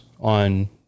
on